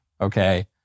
okay